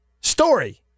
Story